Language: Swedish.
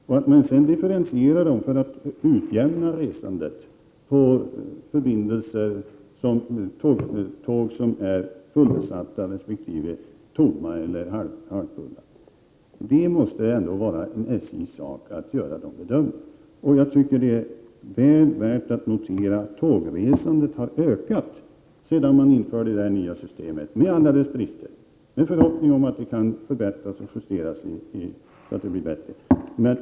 Om priserna sedan skall differentieras för att utjämna resandet på tåg som är fullsatta resp. halvfulla eller tomma måste det vara SJ:s sak att bedöma. Det är väl värt att notera att tågresandet har ökat sedan det nya systemet infördes, med alla dess brister, med förhoppning om att det kan justeras'och förbättras.